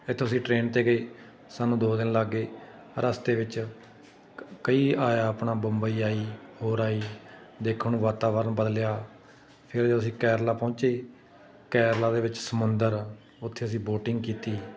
ਇੱਥੋਂ ਅਸੀਂ ਟਰੇਨ 'ਤੇ ਗਏ ਸਾਨੂੰ ਦੋ ਦਿਨ ਲੱਗ ਗਏ ਰਸਤੇ ਵਿੱਚ ਕ ਕਈ ਆਇਆ ਆਪਣਾ ਬੰਬਈ ਆਈ ਹੋਰ ਆਈ ਦੇਖਣ ਨੂੰ ਵਾਤਾਵਰਨ ਬਦਲਿਆ ਫਿਰ ਅਸੀਂ ਕੇਰਲਾ ਪਹੁੰਚੇ ਕੇਰਲਾ ਦੇ ਵਿੱਚ ਸਮੁੰਦਰ ਉੱਥੇ ਅਸੀਂ ਬੋਟਿੰਗ ਕੀਤੀ